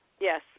Yes